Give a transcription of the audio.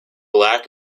lack